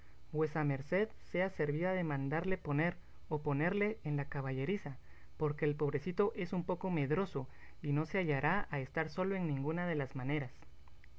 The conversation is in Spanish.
vuesa merced sea servida de mandarle poner o ponerle en la caballeriza porque el pobrecito es un poco medroso y no se hallará a estar solo en ninguna de las maneras